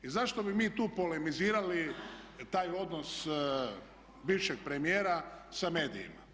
I zašto bi mi tu polemizirali taj odnos bivšeg premijera sa medijima.